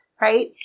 Right